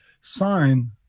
sign